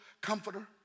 comforter